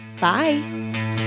Bye